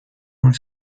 her